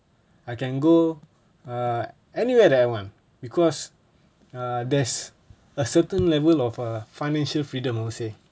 I can go uh anywhere that I want because err there's a certain level of err financial freedom I would say